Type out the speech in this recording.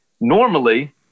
Normally